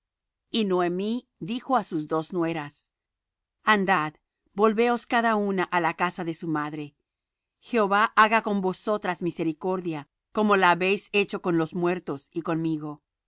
y noemi dijo á sus dos nueras andad volveos cada una á la casa de su madre jehová haga con vosotras misericordia como la habéis hecho con los muertos y conmigo